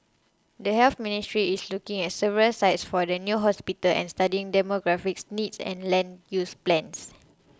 the Health Ministry is looking at several sites for the new hospital and studying demographic needs and land use plans